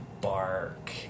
bark